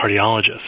cardiologist